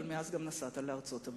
אבל מאז גם נסעת לארצות-הברית.